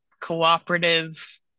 cooperative